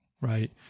right